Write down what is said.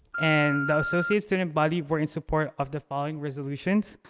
and the associate student body were in support of the following resolutions.